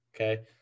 Okay